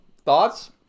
Thoughts